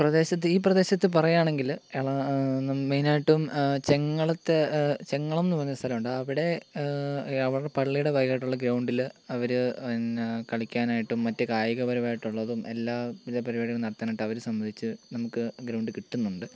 പ്രദേശത്ത് ഈ പ്രദേശത്ത് പറയാണെങ്കില് മെയിനായിട്ടും ചെങ്ങളത്തെ ചെങ്ങളമെന്ന് പറഞ്ഞ സ്ഥലം ഉണ്ട് അവിടെ പള്ളിയുടെ ബാക്കിലായിട്ടുള്ള ഗ്രൗണ്ടില് അവര് പിന്നെ കളിക്കാനായിട്ടും മറ്റു കായിക പരമായിട്ടുള്ളതും എല്ലാവിധ പരിപാടികളും നടത്താനായിട്ട് അവര് സമ്മതിച്ച് നമുക്ക് ഗ്രൗണ്ട് കിട്ടുന്നുണ്ട്